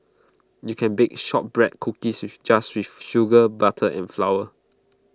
you can bake Shortbread Cookies with just with sugar butter and flour